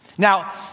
Now